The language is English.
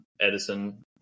Edison